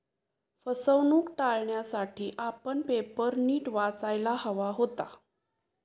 फसवणूक टाळण्यासाठी आपण पेपर नीट वाचायला हवा होता